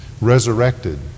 resurrected